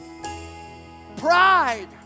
Pride